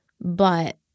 But-